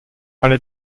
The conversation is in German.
eine